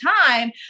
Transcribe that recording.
time